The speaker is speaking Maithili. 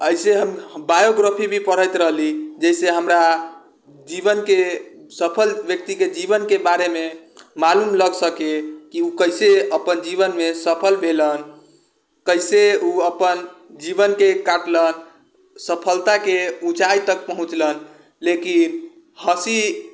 अइसे हम बायोग्राफी भी पढ़ैत रहली जइसे हमरा जीवनके सफल व्यक्तिके जीवनके बारेमे मालूम लगि सकै कि ओ कइसे अपन जीवनमे सफल भेलन कइसे ओ अपन जीवनके काटलन सफलताके उँचाइ तक पहुँचलन लेकिन हँसी